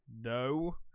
no